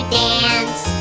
dance